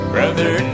Brother